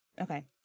okay